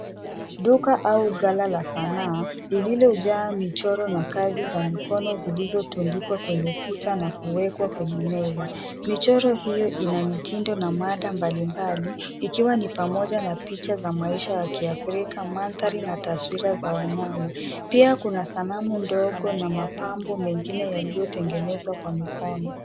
Duka au ghala la sanaa, lililojaa michoro na kazi za mikono zilizotundikwa kwenye kuta na kuwekwa kwenye meza. Michoro hiyo ina mitindo na mada mbalimbali, ikiwa ni pamoja na picha za maisha ya kiafrika, mandhari na taswira za wanyama. Pia kuna sanamu ndogo na mapambo mengine yaliyotengenezwa kwa mikono.